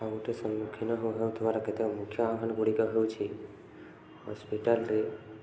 ଆଉ ଗୋଟେ ସମ୍ମୁଖୀନ ହଉଥିବାର କେତେକ ମୁଖ୍ୟ ଆହ୍ୱାନ ଗୁଡ଼ିକ ହେଉଛି ହସ୍ପିଟାଲରେ